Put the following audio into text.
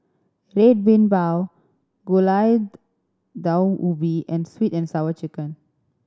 Red Bean Bao Gulai Daun Ubi and Sweet And Sour Chicken